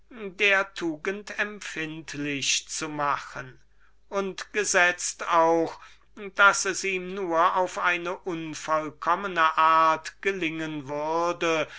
der tugend endlich vollkommen gewinnen könnte und gesetzt auch daß es ihm nur auf eine unvollkommene art gelingen würde